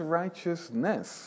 righteousness